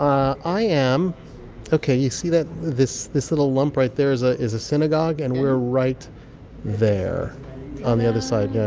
um i am ok. you see this this little lump right there is ah is a synagogue? and we're right there on the other side. yeah